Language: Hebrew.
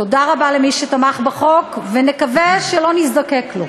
תודה רבה למי שתמך בחוק, ונקווה שלא נזדקק לו.